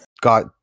got